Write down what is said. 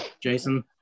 Jason